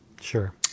Sure